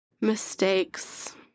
mistakes